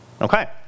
okay